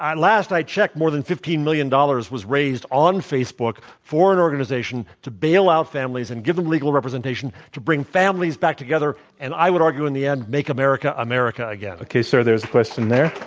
last i checked, more than fifteen million dollars was raised on facebook for an organization to bail out families and give them legal representation, to bring families back together, and i would argue, in the end, make america america again. okay, sir. there's a question there.